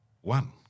one